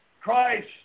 Christ